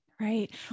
Right